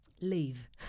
Leave